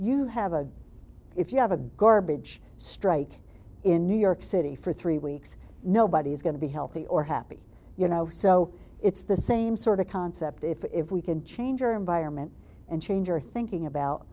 you have a if you have a garbage strike in new york city for three weeks nobody's going to be healthy or happy you know so it's the same sort of concept if we can change our environment and change our thinking about